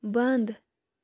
بنٛد